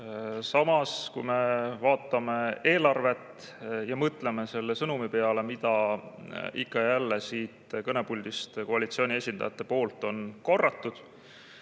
Samas, kui me vaatame eelarvet ja mõtleme selle sõnumi peale, mida ikka ja jälle siit kõnepuldist koalitsiooni esindajad on korranud,